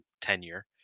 tenure